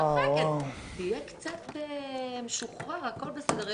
אני צוחקת, תהיה קצת משוחרר, הכול בסדר.